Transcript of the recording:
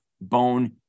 bone